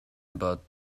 about